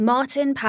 Martin